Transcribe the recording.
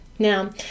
Now